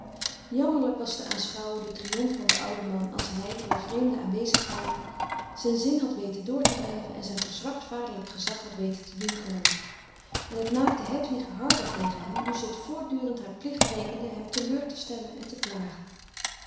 jammerlijk was te aanschouwen de triomf van den ouden man als hij waar vreemden aanwezig waren zijn zin had weten door te drijven en zijn verzwakt vaderlijk gezag had weten te doen gelden en het maakte hedwig harder tegen hem nu ze het voortdurend haar plicht rekende hem teleur te stellen en te plagen